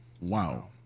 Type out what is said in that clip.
wow